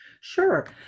Sure